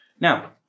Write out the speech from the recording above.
Now